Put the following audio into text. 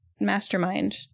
Mastermind